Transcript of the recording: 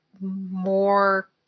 more